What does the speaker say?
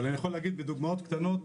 אבל אני יכול להגיד בדוגמאות קטנות,